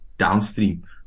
Downstream